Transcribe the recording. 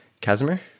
Casimir